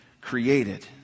created